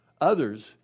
Others